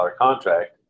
contract